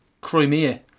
Crimea